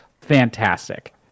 fantastic